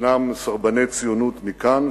ישנם סרבני ציונות מכאן,